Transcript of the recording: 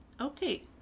Okay